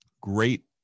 great